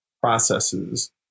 processes